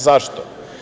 Zašto?